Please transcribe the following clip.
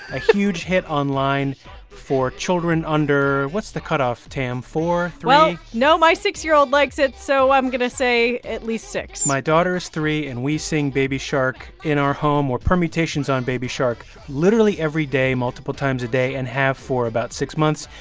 a huge hit online for children under what's the cutoff, tam four, three? well, no. my six year old likes it, so i'm going to say at least six point my daughter is three, and we sing baby shark in our home or permutations on baby shark literally every day, multiple times a day and have for about six months.